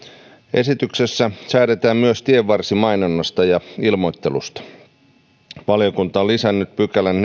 esityksessä säädetään myös tienvarsimainonnasta ja ilmoittelusta valiokunta on lisännyt pykälän